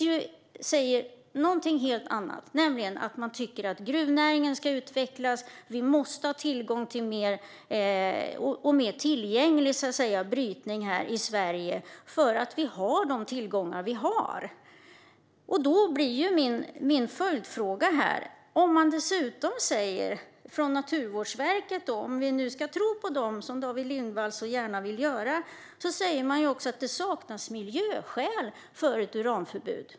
I den sägs något helt annat, nämligen att gruvnäringen ska utvecklas och att vi måste ha en mer tillgänglig brytning här i Sverige för att vi har de tillgångar som vi har. Om vi ska tro på Naturvårdsverket, som David Lindvall så gärna vill göra, sägs det att det saknas miljöskäl för ett uranförbud.